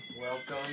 Welcome